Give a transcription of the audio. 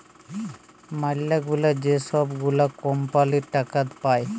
ম্যালাগুলা যে ছব গুলা কম্পালির টাকা পায়